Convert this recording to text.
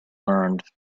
learned